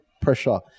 pressure